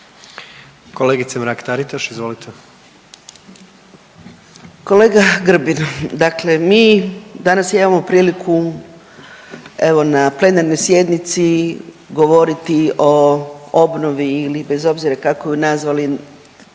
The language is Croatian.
izvolite. **Mrak-Taritaš, Anka (GLAS)** Kolega Grbin, dakle mi danas imamo priliku evo na plenarnoj sjednici govori o obnovi ili bez obzira kako je nazvali